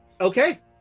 Okay